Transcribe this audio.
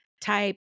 type